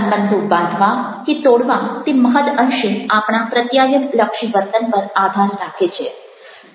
સંબંધો બાંધવા કે તોડવા તે મહદ્ અંશે આપણા પ્રત્યાયનલક્ષી વર્તન પર આધાર રાખે છે